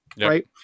Right